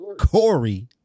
Corey